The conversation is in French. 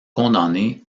condamné